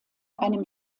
einem